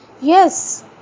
yes